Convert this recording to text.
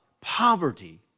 poverty